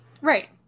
Right